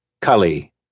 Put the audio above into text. Cully